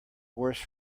worse